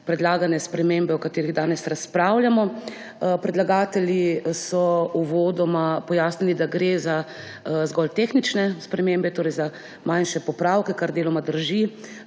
predlagane spremembe, o katerih danes razpravljamo. Predlagatelji so uvodoma pojasnili, da gre za zgolj tehnične spremembe, torej za manjše popravke, kar deloma drži,